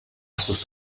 sus